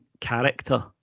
character